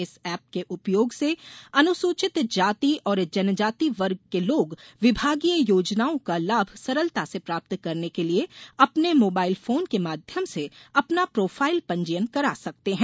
इस ऐप के उपयोग से अनुसूचित जाति और जनजाति वर्ग के लोग विभागीय योजनाओं का लाभ सरलता से प्राप्त करने के लिए अपने मोबाइल फोन के माध्यम से अपना प्रोफाइल पंजीयन करा सकते है